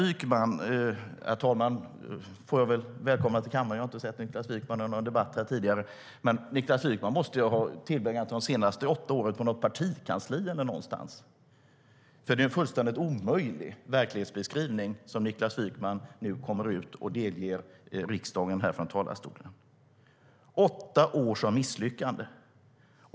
Jag får välkomna Niklas Wykman till kammaren. Jag har inte sett honom i någon debatt här tidigare. Niklas Wykman måste dock ha tillbringat de senaste åtta åren på ett partikansli eller så, för den verklighetsbeskrivning som han delger riksdagen från talarstolen är fullständigt omöjlig. Åtta år av misslyckande.